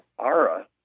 ARA